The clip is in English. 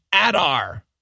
Adar